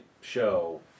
show